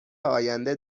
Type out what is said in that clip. آینده